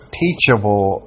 teachable